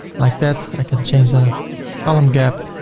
like that. i can change the column gap.